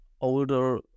older